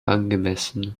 angemessen